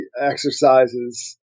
exercises